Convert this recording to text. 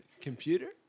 Computer